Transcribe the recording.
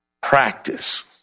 practice